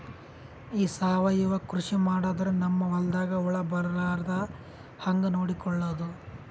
ಈ ಸಾವಯವ ಕೃಷಿ ಮಾಡದ್ರ ನಮ್ ಹೊಲ್ದಾಗ ಹುಳ ಬರಲಾರದ ಹಂಗ್ ನೋಡಿಕೊಳ್ಳುವುದ?